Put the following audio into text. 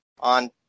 on